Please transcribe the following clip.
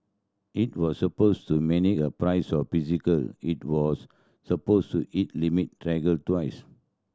it was supposed to mimic the price of the physical it was supposed to hit limit trigger twice